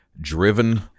driven